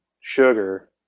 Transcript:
Sugar